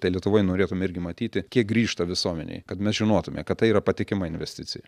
tai lietuvoj norėtume irgi matyti kiek grįžta visuomenei kad mes žinotume kad tai yra patikima investicija